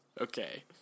Okay